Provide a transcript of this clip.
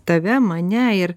tave mane ir